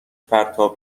پرتاب